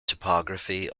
topography